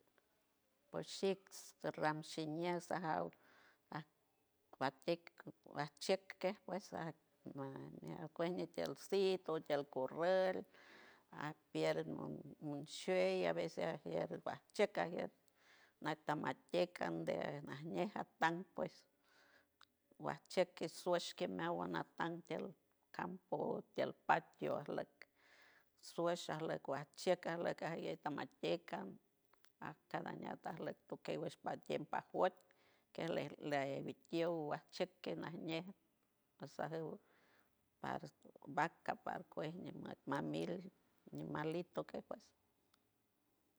Pueshit ranshi niej sajaw taj guatek wajchiek pues bajiknia puej kuej chiej sitio niek korruel ajpier monshuey a veces ajier bajchiek ajier nata matieck biecaber najñe atan pues washtec shej meawan napanke cambo tiel patio ajleck tuesh ajlek tuasencambier tamaj tieck aj cada ñat ajleck tokey wesh patiem bitiew pajuet kej bitiew ajchek najñe pasajuw paj vaca kuej ñima mil ñimalito puej.